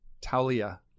Talia